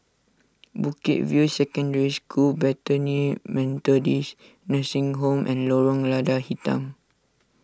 Bukit View Secondary School Bethany Methodist Nursing Home and Lorong Lada Hitam